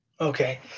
okay